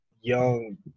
young